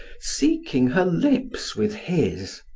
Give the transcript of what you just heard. seeking her lips with his.